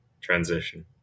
transition